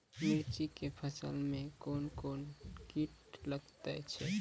मिर्ची के फसल मे कौन कौन कीट लगते हैं?